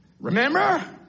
Remember